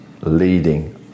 leading